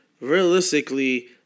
realistically